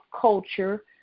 culture